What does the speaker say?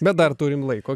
bet dar turim laiko